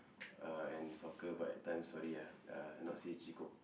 uh and soccer but at times sorry ah uh not say chee ko